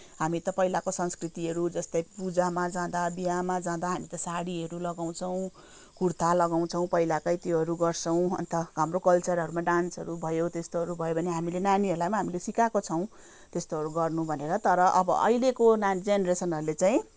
हामी त पहिलाको संस्कृतिहरू जस्तै पूजामा जाँदा बिहामा जाँदा हामी त साडीहरू लगाउँछौँ कुर्ता लगाउँछौँ पहिलाकै त्योहरू गर्छौँ अन्त हाम्रो कल्चरहरूमा डान्सहरू भयो त्यस्तोहरू भयो भने हामी नानीहरूलाई पनि हामीले सिकाएको छौँ यस्तोहरू गर्नु भनेर तर अब अहिलेको नानी जेनेरेसनहरूले चाहिँ